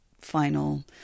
final